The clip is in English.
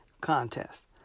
contest